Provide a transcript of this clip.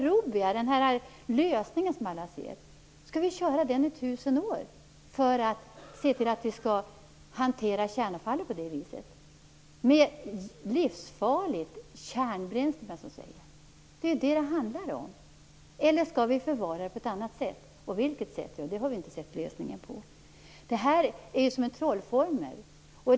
Skall vi fortsätta i tusen år med den lösning som Rubbia lanserar och hantera kärnavfall på det viset? Det handlar ju om livsfarligt kärnbränsle. Eller skall vi ha en förvaring på annat sätt? På vilket sätt vet vi inte. Där har vi inte sett någon lösning. Det här är som en trollformel.